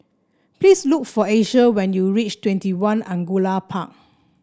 please look for Asia when you reach Twenty One Angullia Park